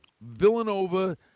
Villanova